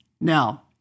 Now